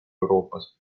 euroopas